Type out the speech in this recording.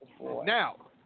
Now